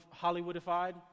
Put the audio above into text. Hollywoodified